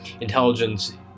intelligence